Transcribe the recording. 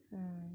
mm